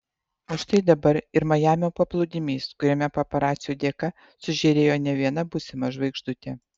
o štai dabar ir majamio paplūdimys kuriame paparacių dėka sužėrėjo ne viena būsima žvaigždutė